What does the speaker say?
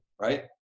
right